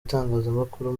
itangazamakuru